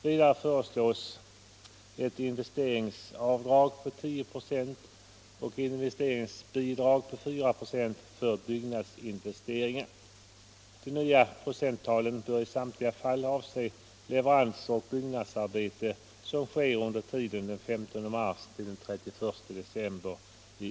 Vidare föreslås ett investeringsavdrag på 10 ”» och ett investeringsbidrag på 4 "» för byggnadsinvesteringar. De nya procenttalen bör i samtliga fall avse leveranser och byggnadsarbeten som sker under tiden den 15 mars-31 december 1976.